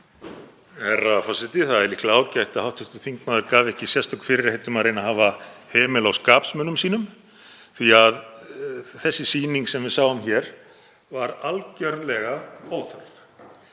Það er líklega ágætt að hv. þingmaður hafi ekki gefið sérstök fyrirheit um að reyna að hafa hemil á skapsmunum sínum því að þessi sýning sem við sáum hér var algerlega óþörf.